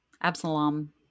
Absalom